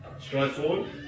Straightforward